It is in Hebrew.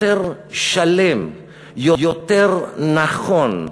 יותר שלם, יותר נכון,